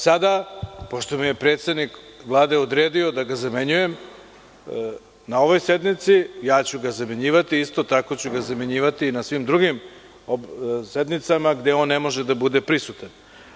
Sada pošto mi je predsednik Vlade odredio da ga zamenjujem na ovoj sednici, ja ću ga zamenjivati, a isto tako ću ga zamenjivati na svim drugim sednicama gde one ne može da bude prisutan.